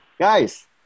Guys